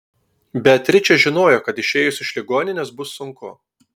beatričė žinojo kad išėjus iš ligoninės bus sunku